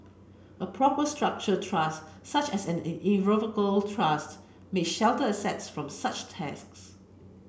a proper structured trust such as an irrevocable trust may shelter assets from such taxes